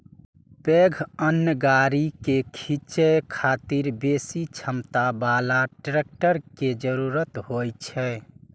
पैघ अन्न गाड़ी कें खींचै खातिर बेसी क्षमता बला ट्रैक्टर के जरूरत होइ छै